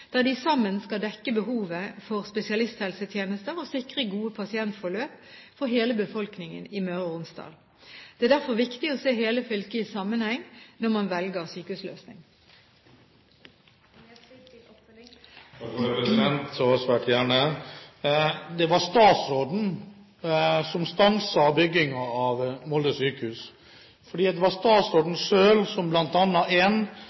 der de sammen skal dekke behovet for spesialisthelsetjenester og sikre gode pasientforløp for hele befolkningen i Møre og Romsdal. Det er derfor viktig å se hele fylket i sammenheng når man velger sykehusløsning. Det var statsråden som stanset byggingen av Molde sykehus. Det er statsråden selv som bl.a. har bedt om en ny utredning knyttet til ett eller to sykehus.